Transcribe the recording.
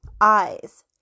eyes